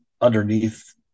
underneath